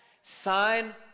Sign